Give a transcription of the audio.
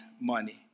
money